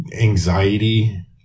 anxiety